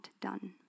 done